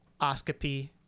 Oscopy